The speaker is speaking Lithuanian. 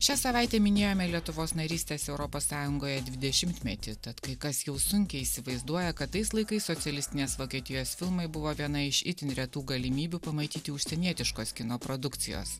šią savaitę minėjome lietuvos narystės europos sąjungoje dvidešimtmetį tad kai kas jau sunkiai įsivaizduoja kad tais laikais socialistinės vokietijos filmai buvo viena iš itin retų galimybių pamatyti užsienietiškos kino produkcijos